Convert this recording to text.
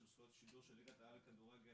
של זכויות השידור של ליגת העל לכדורגל,